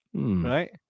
Right